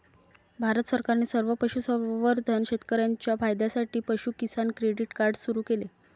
भारत सरकारने सर्व पशुसंवर्धन शेतकर्यांच्या फायद्यासाठी पशु किसान क्रेडिट कार्ड सुरू केले